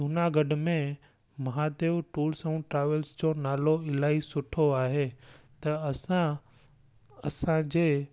जूनागढ़ में महादेव टूर्स ऐं ट्रेवल्स जो नालो इलाही सुठो आहे त असां असांजे